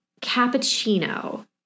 cappuccino